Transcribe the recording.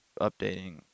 updating